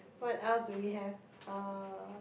what else do we have uh